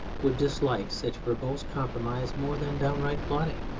would dislike such verbose compromise more than downright plotting.